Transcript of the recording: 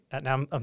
Now